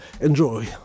Enjoy